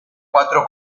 cuatro